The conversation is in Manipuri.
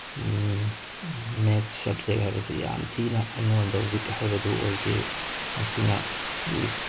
ꯃꯦꯠꯁ ꯁꯕꯖꯦꯛ ꯍꯥꯏꯕꯁꯤ ꯌꯥꯝ ꯊꯤꯅ ꯑꯩꯉꯣꯟꯗ ꯋꯤꯛ ꯍꯥꯏꯕꯗꯨ ꯑꯣꯏꯈꯤ ꯃꯁꯤꯅ ꯋꯤꯛ